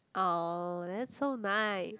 [aww] that's so nice